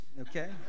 Okay